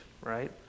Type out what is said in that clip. right